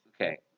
Okay